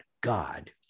God